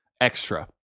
extra